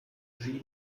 sie